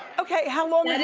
okay how long and